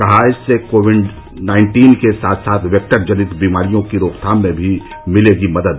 कहा इससे Covid nineteen के साथ साथ वेक्टर जनित बीमारियों की रोकथाम में भी मिलेगी मदद